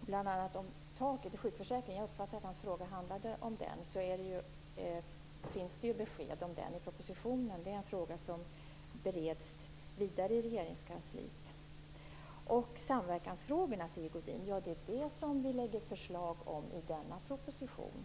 bl.a. taket i sjukförsäkringen - jag uppfattade att hans fråga handlade om det - så finns det ju besked i propositionen. Det är en fråga som bereds vidare i Regeringskansliet. Samverkansfrågorna, Sigge Godin, är vad vi lägger fram förslag om i denna proposition.